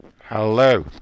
Hello